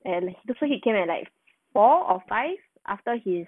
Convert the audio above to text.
and so he came at like four or five after his